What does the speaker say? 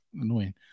annoying